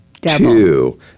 two